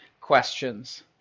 questions